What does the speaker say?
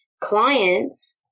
clients